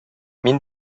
мин